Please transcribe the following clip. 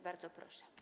Bardzo proszę.